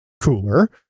cooler